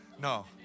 No